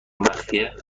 مخفیه